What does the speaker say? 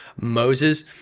Moses